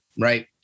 right